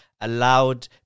allowed